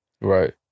Right